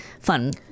fun